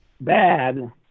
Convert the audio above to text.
bad